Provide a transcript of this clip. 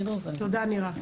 תודה, נירה.